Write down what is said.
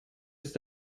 ist